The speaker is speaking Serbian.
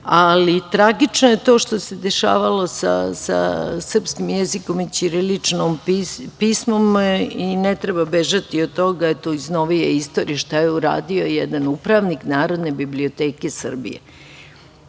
rodio. Tragično je to što se dešavalo sa srpskim jezikom i ćiriličnim pismom i ne treba bežati od toga. Iz novije istorije šta je uradio jedan upravnik Narodne biblioteke Srbije,